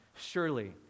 Surely